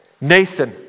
Nathan